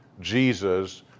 Jesus